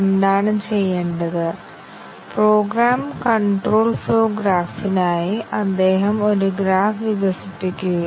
അതിനാൽ ഒരു പ്രോഗ്രാമിനായി ഒരു കൺട്രോൾ ഫ്ലോ ഗ്രാഫ് എങ്ങനെ വരയ്ക്കാമെന്ന് നമുക്ക് നോക്കാം